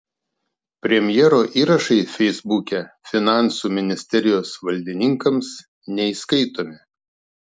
premjero įrašai feisbuke finansų ministerijos valdininkams neįskaitomi